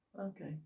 Okay